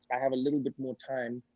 i have a little bit more time.